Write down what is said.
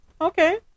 Okay